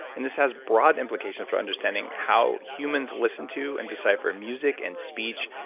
and this has broad implications for understanding how humans listen to and decipher music and speech,